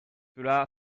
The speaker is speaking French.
cela